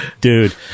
dude